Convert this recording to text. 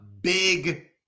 big